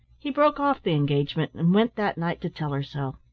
he broke off the engagement and went that night to tell her so.